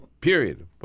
Period